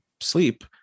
sleep